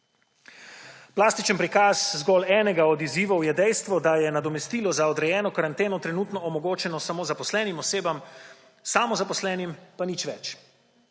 Plastičen prikaz zgolj enega od izzivov je dejstvo, da je nadomestilo za odrejeno karanteno trenutno omogočeno samo zaposlenim osebam, samozaposlenim pa nič več.